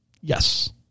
Yes